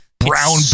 brown